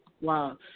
wow